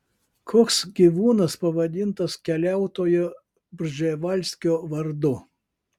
koks gyvūnas pavadintas keliautojo prževalskio vardu